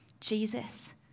Jesus